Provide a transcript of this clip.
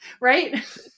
Right